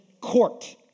court